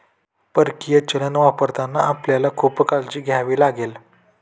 परकीय चलन वापरताना आपल्याला खूप काळजी घ्यावी लागेल